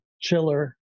chiller